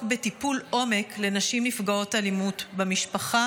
בטיפול עומק לנשים נפגעות אלימות במשפחה